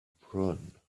prone